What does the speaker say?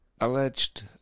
alleged